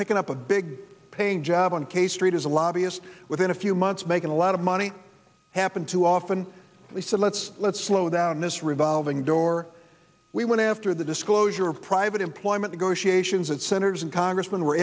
picking up a big paying job on k street as a lobbyist within a few months making a lot of money happen too often we said let's let's slow down this revolving door we went after the disclosure of private employment goshi a sions that senators and congressmen were